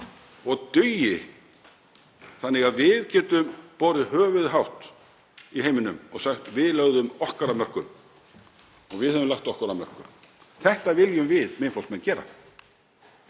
og dugi þannig að við getum borið höfuðið hátt í heiminum og sagt: Við lögðum okkar af mörkum. Og við höfum lagt okkar af mörkum. Það viljum við Miðflokksmenn gera.